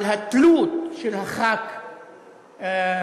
על התלות של חבר הכנסת.